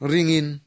Ringin